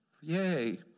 yay